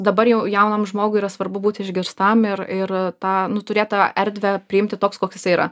dabar jau jaunam žmogui yra svarbu būti išgirstam ir ir tą nu turėt tą erdvę priimti toks koks jisai yra